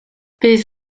bydd